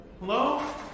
Hello